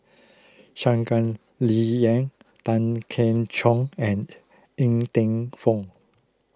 Shangguan Liuyun Tan Keong Choon and Ng Teng Fong